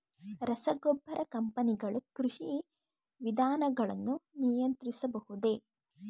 ರಸಗೊಬ್ಬರ ಕಂಪನಿಗಳು ಕೃಷಿ ವಿಧಾನಗಳನ್ನು ನಿಯಂತ್ರಿಸಬಹುದೇ?